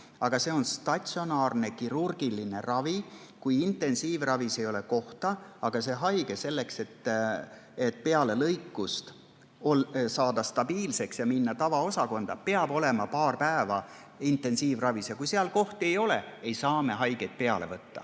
Aga jutt on statsionaarsest kirurgilises ravist. Kui intensiivravi palatis ei ole kohta, aga haige peab selleks, et peale lõikust saada stabiilseks ja minna tavaosakonda, olema paar päeva intensiivravis, ja kui seal kohti ei ole, siis ei saa me haigeid sisse võtta.